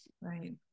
right